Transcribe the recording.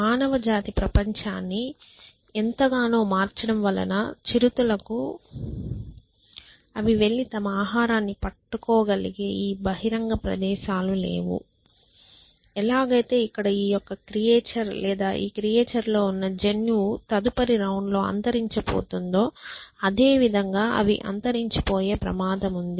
మానవ జాతి ప్రపంచాన్ని ఎంతగానో మార్చడం వలన చిరుతలకు అవి వెళ్లి తమ ఆహారాన్ని పట్టుకోగలిగే ఈ బహిరంగ ప్రదేశాలు లేవు ఎలాగైతే ఇక్కడ ఈ యొక్క క్రియేచర్ లేదా ఈ క్రియేచర్ లో ఉన్న జన్యువు తదుపరి రౌండ్లో అంతరించిపోతుందో అదేవిధంగా అవి అంతరించిపోయే ప్రమాదం ఉంది